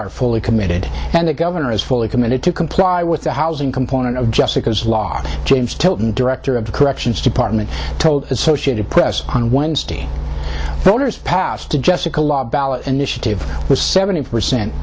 are fully committed and the governor is fully committed to comply with the housing component of jessica's law james tilton director of the corrections department told associated press on wednesday the orders passed to jessica la ballot initiative was seventy percent